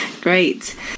Great